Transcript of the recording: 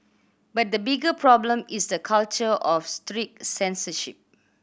but the bigger problem is the culture of strict censorship